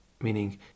meaning